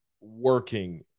working